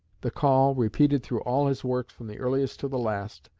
the call, repeated through all his works from the earliest to the last,